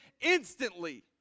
instantly